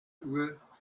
uhr